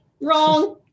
wrong